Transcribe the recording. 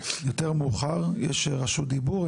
יש רשות דיבור,